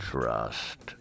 Trust